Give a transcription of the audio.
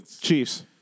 Chiefs